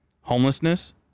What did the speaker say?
homelessness